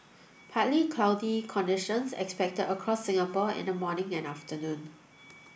partly cloudy conditions expected across Singapore in the morning and afternoon